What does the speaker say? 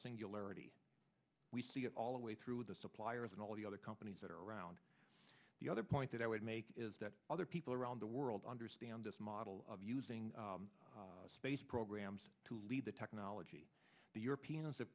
singularity we see it all the way through the suppliers and all the other companies that are around the other point that i would make is that other people around the world understand this model of using space programs to lead the technology the europeans